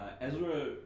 Ezra